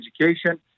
education